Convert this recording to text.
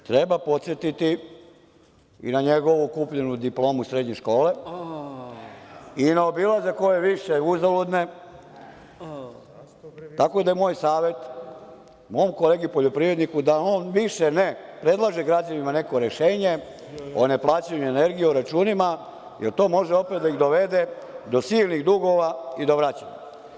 Treba podsetiti i na njegovu kupljenu diplomu srednje škole i na obilazak ove više uzaludne, tako da je moj savet mom kolegu poljoprivredniku da on više ne predlaže građanima neka rešenja o ne plaćanju energije, računima, jer to može opet da ih dovede do silnih dugova i da vraćaju.